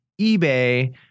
eBay